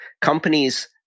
companies